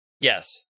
Yes